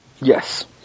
Yes